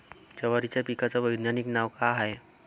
जवारीच्या पिकाचं वैधानिक नाव का हाये?